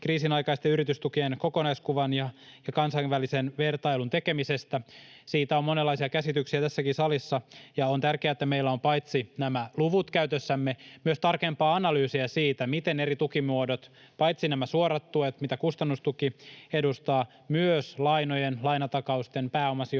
kriisin aikaisten yritystukien kokonaiskuvan ja kansainvälisen vertailun tekemisestä. Siitä on monenlaisia käsityksiä tässäkin salissa, ja on tärkeää, että meillä on käytössämme paitsi nämä luvut myös tarkempaa analyysiä siitä, miten eri tukimuodot toimivat — paitsi näistä suorista tuista, mitä kustannustuki edustaa, mutta myös lainojen, lainatakausten, pääomasijoitusten